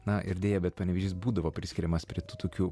na ir deja bet panevėžys būdavo priskiriamas prie tų tokių